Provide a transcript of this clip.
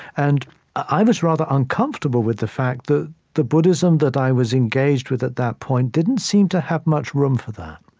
and i was rather uncomfortable with the fact that the buddhism that i was engaged with at that point didn't seem to have much room for that.